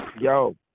yo